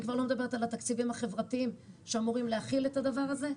אני כבר לא מדברת על התקציבים החברתיים שאמורים להכיל את הדבר הזה.